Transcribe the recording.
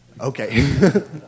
Okay